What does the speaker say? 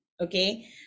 Okay